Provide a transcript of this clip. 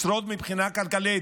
לשרוד מבחינה כלכלית.